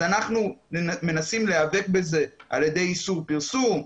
אז אנחנו מנסים להיאבק בזה על ידי איסור פרסום,